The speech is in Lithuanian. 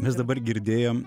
mes dabar girdėjom